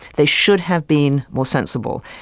they should have been more sensible.